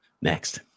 next